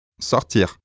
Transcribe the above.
Sortir